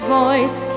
voice